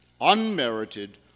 unmerited